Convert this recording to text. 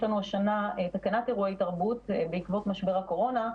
יש לנו השנה תקנת אירועי תרבות בעקבות משבר הקורונה,